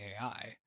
AI